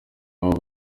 waba